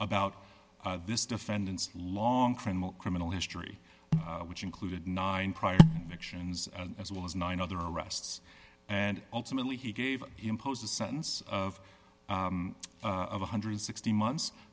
about this defendant's long criminal criminal history which included nine prior actions as well as nine other arrests and ultimately he gave impose a sentence of one hundred and sixty months